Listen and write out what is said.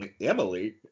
Emily